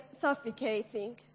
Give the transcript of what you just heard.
suffocating